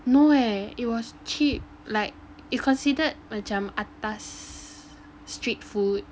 no eh it was cheap like it was considered macam atas street food